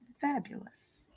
fabulous